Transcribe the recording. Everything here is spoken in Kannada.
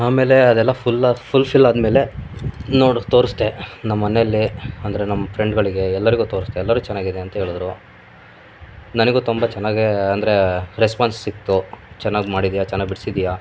ಆಮೇಲೆ ಅದೆಲ್ಲ ಫುಲ್ಲ ಫುಲ್ ಫಿಲ್ ಆದ ಮೇಲೆ ನೋಡಿ ತೋರಿಸ್ದೆ ನಮ್ಮ ಮನೆಯಲ್ಲಿ ಅಂದರೆ ನಮ್ಮ ಫ್ರೆಂಡ್ಗಳಿಗೆ ಎಲ್ಲರಿಗೂ ತೋರಿಸ್ದೆ ಎಲ್ಲರೂ ಚೆನ್ನಾಗಿದೆ ಅಂತ ಹೇಳುದ್ರು ನನಗೂ ತುಂಬ ಚೆನ್ನಾಗೇ ಅಂದರೆ ರೆಸ್ಪಾನ್ಸ್ ಸಿಕ್ತು ಚೆನ್ನಾಗಿ ಮಾಡಿದ್ದೀಯ ಚೆನ್ನಾಗಿ ಬಿಡ್ಸಿದ್ದೀಯ